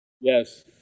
yes